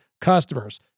customers